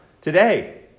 today